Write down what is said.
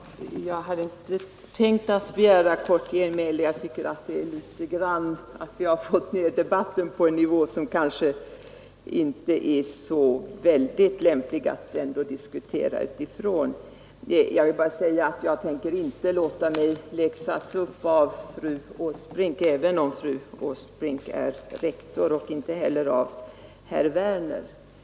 Fru talman! Jag hade inte tänkt begära kort genmäle — jag tycker att debatten kommit ner på en nivå där det inte är så lämpligt att föra den. Jag vill bara säga att jag tänker inte låta mig läxas upp av fru Åsbrink, även om fru Åsbrink är rektor, och inte heller av herr Werner i Malmö.